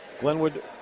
Glenwood